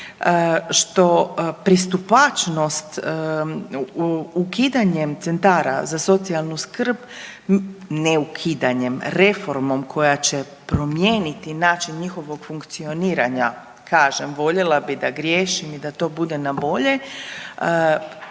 što pristupačnost ukidanjem centara za socijalnu skrb, ne ukidanjem, reformom koja će promijeniti način njihovog funkcioniranja, kažem voljela bih da griješim i da to bude na bolje,